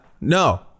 no